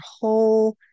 whole